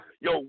Yo